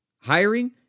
hiring